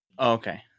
okay